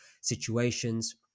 situations